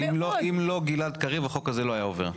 אם לא גלעד קריב, החוק הזה לא היה עובר.